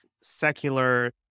secular